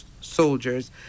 soldiers